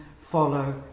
follow